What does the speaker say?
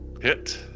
Hit